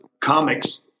comics